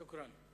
שוכראן.